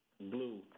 blue